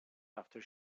after